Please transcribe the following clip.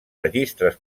registres